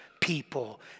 people